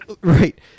right